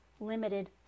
limited